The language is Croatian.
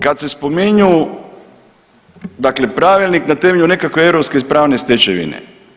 Kad se spominju, dakle pravilnik na temelju nekakve europske pravne stečevine.